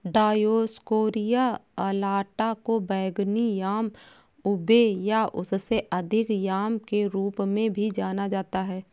Dioscorea alata को बैंगनी yam ube या उससे अधिक याम के रूप में भी जाना जाता है